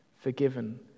forgiven